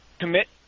commit